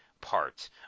parts